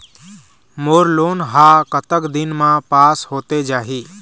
मोर loan हा कतक दिन मा पास होथे जाही?